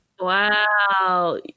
Wow